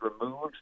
removed